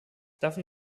davon